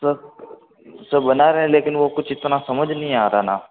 sir sir बना रहे हैं लेकिन वो कुछ इतना समझ नहीं आ रहा ना